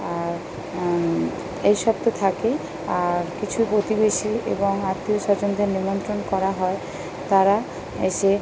আর এই সব তো থাকেই আর কিছু প্রতিবেশী এবং আত্মীয় স্বজনদের নিমন্ত্রণ করা হয় তারা এসে